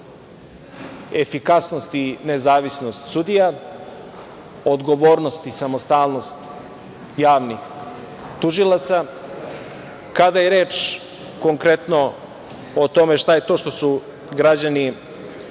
efikasnost i nezavisnost sudija, odgovornost i samostalnost javnih tužilaca. Kada je reč o tome konkretno šta su građani